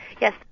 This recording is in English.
Yes